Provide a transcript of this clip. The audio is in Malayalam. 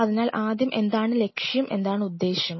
അതിനാൽ ആദ്യം എന്താണ് ലക്ഷ്യം എന്താണ് ഉദ്ദേശ്യം